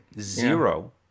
Zero